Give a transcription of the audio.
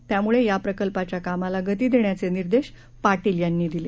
त्यामुळेयाप्रकल्पाच्याकामालागतीदेण्याचेनिर्देशपाटीलयांनीदिले